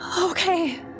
Okay